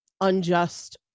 unjust